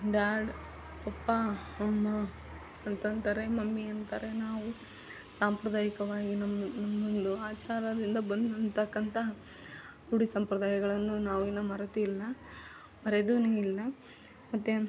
dad papa ಅಮ್ಮ ಅಂತ ಅಂತಾರೆ ಮಮ್ಮಿ ಅಂತಾರೆ ನಾವು ಸಾಂಪ್ರದಾಯಿಕವಾಗಿ ನಮ್ಮ ನಮ್ಮದೊಂದು ಆಚಾರದಿಂದ ಬಂದು ಅನ್ನತಕ್ಕಂಥ ನುಡಿ ಸಂಪ್ರದಾಯಗಳನ್ನು ನಾವು ಇನ್ನೂ ಮರೆತಿಲ್ಲ ಮರೆತೂನು ಇಲ್ಲ ಮತ್ತು